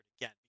again